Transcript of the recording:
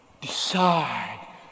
decide